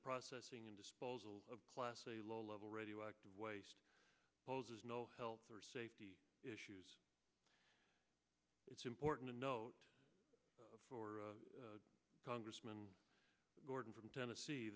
processing and disposal of class a low level radioactive waste poses no health or safety issues it's important to note for congressman gordon from tennessee